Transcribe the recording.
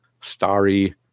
starry